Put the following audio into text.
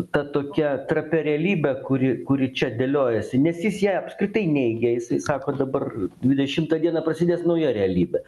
ta tokia trapia realybe kuri kuri čia dėliojasi nes jis ją apskritai neigia jisai sako dabar dvidešimtą dieną prasidės nauja realybė